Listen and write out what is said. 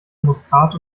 muskat